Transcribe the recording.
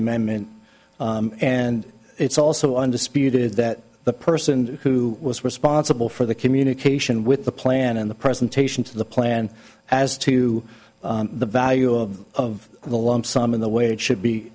amendment and it's also undisputed that the person who was responsible for the communication with the plan in the presentation to the plan as to the value of the lump sum in the way it should be